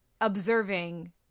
observing